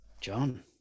John